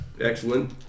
excellent